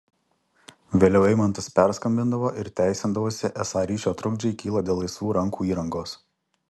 vėliau eimantas perskambindavo ir teisindavosi esą ryšio trukdžiai kyla dėl laisvų rankų įrangos